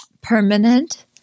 permanent